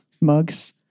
mugs